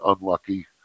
unlucky